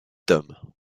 tomes